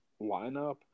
lineup